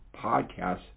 Podcasts